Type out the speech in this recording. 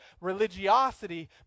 Religiosity